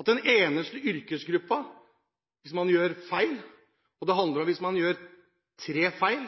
er den eneste yrkesgruppen som, hvis man gjør tre feil